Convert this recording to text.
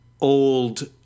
old